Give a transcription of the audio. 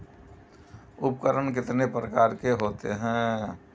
उपकरण कितने प्रकार के होते हैं?